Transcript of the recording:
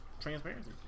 transparency